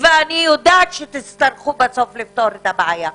ואני יודעת שתצטרכו לפתור את הבעיה,